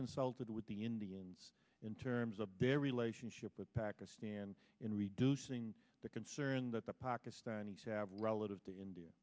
consulted with the indians in terms of their relationship with pakistan in reducing the concern that the pakistanis have relative to in